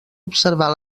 observar